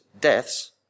deaths